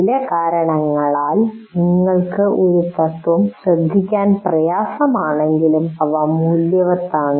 ചില കാരണങ്ങളാൽ നിങ്ങൾക്ക് ഒരു തത്ത്വം ശ്രദ്ധിക്കാൻ പ്രയാസമാണെങ്കിലും അത് മൂല്യവത്താണ്